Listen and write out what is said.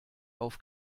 auf